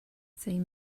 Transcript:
same